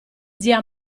zia